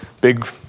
big